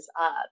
up